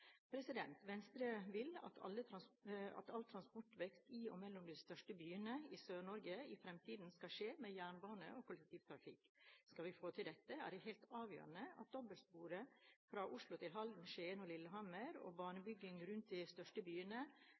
Venstre vil at all transportvekst i og mellom de største byene i Sør-Norge i fremtiden skal skje med jernbane og kollektivtrafikk. Skal vi få til dette, er det helt avgjørende at dobbeltsporet fra Oslo til Halden, Skien og Lillehammer og banebygging rundt de største byene